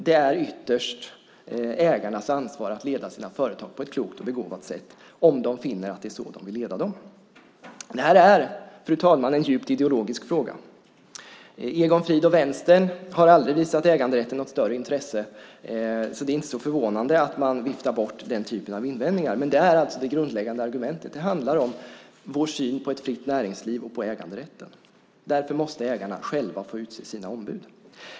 Det är ytterst ägarnas ansvar att leda sina företag på ett klokt och begåvat sätt, om de finner att det är så de vill leda dem. Det här är, fru talman, en djupt ideologisk fråga. Egon Frid och Vänstern har aldrig visat äganderätten något större intresse. Så det är inte så förvånande att man viftar bort den typen av invändningar. Men det är det grundläggande argumentet. Det handlar om vår syn på ett fritt näringsliv och äganderätten. Därför måste ägarna själva få utse sina ombud.